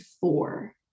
four